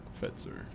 Fetzer